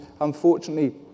unfortunately